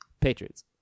Patriots